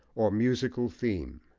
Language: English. or musical theme.